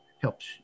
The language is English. helps